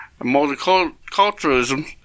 multiculturalism